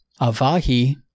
Avahi